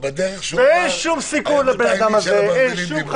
ואין שום סיכון לבן אדם הזה,